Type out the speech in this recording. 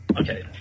okay